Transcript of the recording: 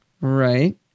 Right